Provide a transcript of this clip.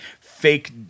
fake